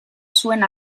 zuen